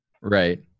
Right